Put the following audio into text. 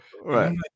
right